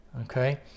okay